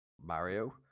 Mario